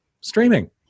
streaming